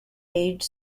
age